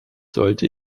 sollte